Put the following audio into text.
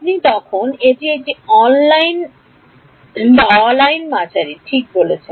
আপনি তখন এটি একটি অ লাইন মাঝারি ঠিক বলেছেন